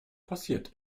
passiert